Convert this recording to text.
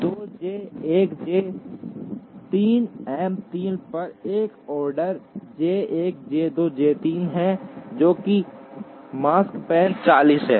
2 J 1 J 3 M 3 पर एक order J 1 J 2 J 3 है जो कि Makespan 40 है